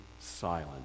silent